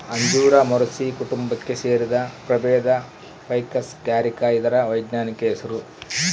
ಅಂಜೂರ ಮೊರಸಿ ಕುಟುಂಬಕ್ಕೆ ಸೇರಿದ ಪ್ರಭೇದ ಫೈಕಸ್ ಕ್ಯಾರಿಕ ಇದರ ವೈಜ್ಞಾನಿಕ ಹೆಸರು